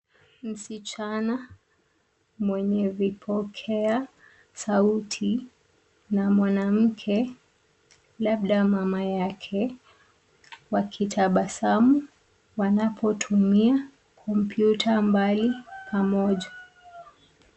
Msichana mwenye vipokea sauti na mwanamke, labda mama yake, wakitabasamu wanapotumia kompyuta mbali pamoja.